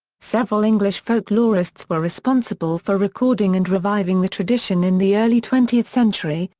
several english folklorists were responsible for recording and reviving the tradition in the early twentieth century,